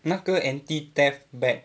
那个 anti-theft bag